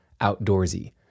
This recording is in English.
outdoorsy